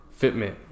fitment